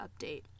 update